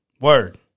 Word